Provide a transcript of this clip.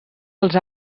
als